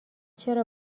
چرا